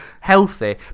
healthy